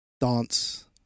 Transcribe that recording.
dance